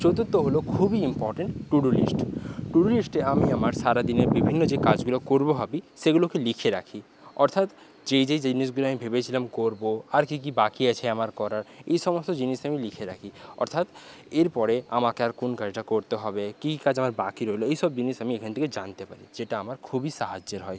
চতুর্থ হলো খুবই important to do list to do লিস্টে আমি আমার সারাদিনের বিভিন্ন যে কাজগুলো করবো ভাবি সেগুলোকে লিখে রাখি অর্থাৎ যেই যেই জিনিসগুলো আমি ভেবেছিলাম করবো আর কি কি বাকি আছে আমার করার এই সমস্ত জিনিস আমি লিখে রাখি অর্থাৎ এরপরে আমাকে আর কোন কাজটা করতে হবে কি কি কাজ আমার বাকি রইল এইসব জিনিস আমি এখান থেকে জানতে পারি যেটা আমার খুবই সাহায্যের হয়